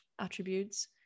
attributes